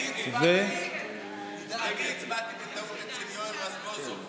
אני הצבעתי בטעות במקום יואל רזבוזוב בעד.